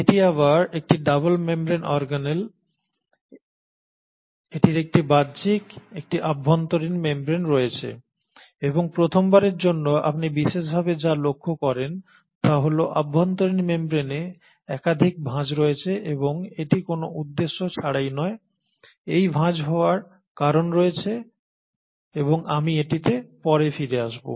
এটি আবার একটি ডাবল মেমব্রেন অর্গানেল এটির একটি বাহ্যিক একটি অভ্যন্তরীণ মেমব্রেন রয়েছে এবং প্রথমবারের জন্য আপনি বিশেষভাবে যা লক্ষ্য করেন তা হল অভ্যন্তরীণ মেমব্রেনে একাধিক ভাঁজ রয়েছে এবং এটি কোনও উদ্দেশ্য ছাড়াই নয় এই ভাঁজ হওয়ার কারণ রয়েছে এবং আমি এটিতে পরে ফিরে আসব